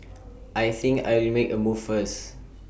I think I'll make A move first